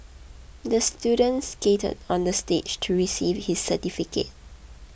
the student skated onto the stage to receive his certificate